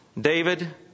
David